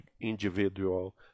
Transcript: individual